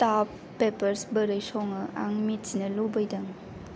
स्ताफ्द papers बोरै सङो आं मिथिनो लुबैदों